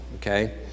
Okay